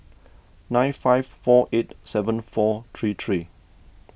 nine five four eight seven four three three